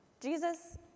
Jesus